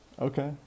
Okay